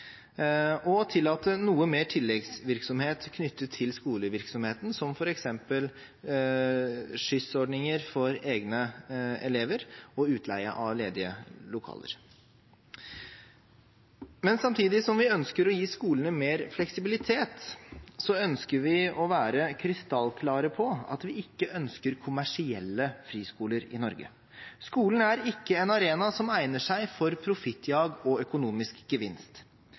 og tillate noe mer tilleggsvirksomhet knyttet til skolevirksomheten, som f.eks. skyssordninger for egne elever og utleie av ledige lokaler. Samtidig som vi ønsker å gi skolene mer fleksibilitet, ønsker vi å være krystallklare på at vi ikke ønsker kommersielle friskoler i Norge. Skolen er ikke en arena som egner seg for profittjag og økonomisk gevinst.